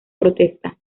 protesta